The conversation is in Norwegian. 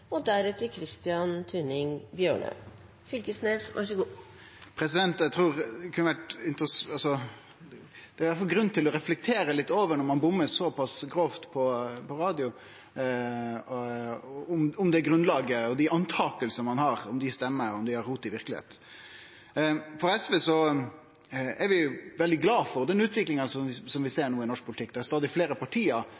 Det er grunn til, når ein bommar så pass grovt på radioen, å reflektere over om det grunnlaget og dei meiningane ein har, stemmer, og om dei har rot i verkelegheita. I SV er vi veldig glade for den utviklinga som vi